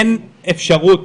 אין אפשרות